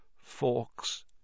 Forks